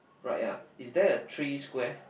right yeah is there a three square